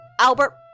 Albert